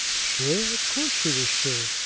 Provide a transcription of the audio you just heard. sure of course she was sure.